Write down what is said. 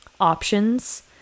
options